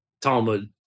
Talmud